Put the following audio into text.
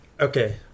okay